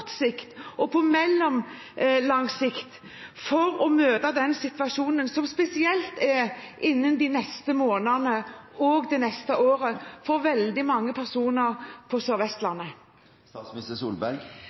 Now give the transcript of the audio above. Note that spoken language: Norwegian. kort sikt og på mellomlang sikt for å møte den situasjonen som er, spesielt for veldig mange personer på